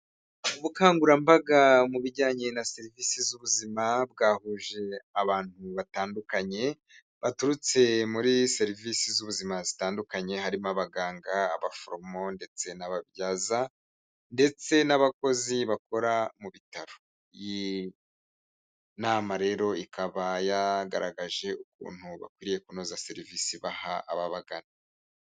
Ubukangurambaga mu bijyanye na serivisi z'ubuzima bwahuje abantu batandukanye baturutse muri serivisi z'ubuzima zitandukanye, harimo abaganga, abaforomo ndetse n'ababyaza ndetse n'abakozi bakora mu bitaro, iyi nama rero ikaba yagaragaje ukuntu bakwiriye kunoza serivisi baha ababagana.